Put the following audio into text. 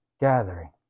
gathering